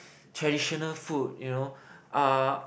traditional food you know uh